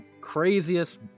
craziest